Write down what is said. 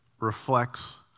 reflects